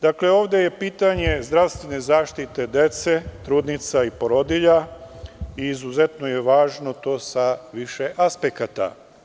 Dakle, ovde je pitanje zdravstvene zaštite dece, trudnica i porodilja i izuzetno je važno to sa više aspekata.